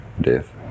death